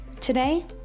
Today